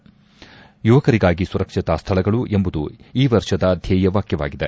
ಯುವಕರಿಗಾಗಿ ಸುರಕ್ಷತಾ ಸ್ಥಳಗಳು ಎಂಬುದು ಈ ವರ್ಷದ ಧ್ಲೇಯ ವಾಕ್ಷವಾಗಿದೆ